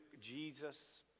Jesus